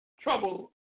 trouble